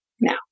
now